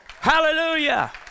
Hallelujah